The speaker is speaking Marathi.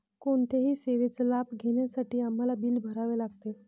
कोणत्याही सेवेचा लाभ घेण्यासाठी आम्हाला बिल भरावे लागते